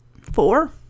four